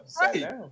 Right